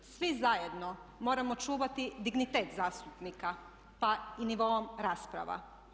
Svi zajedno moramo čuvati dignitet zastupnika, pa i nivo rasprava.